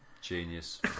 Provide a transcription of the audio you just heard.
Genius